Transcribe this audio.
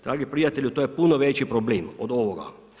Dragi prijatelju to je puno veći problem od ovoga.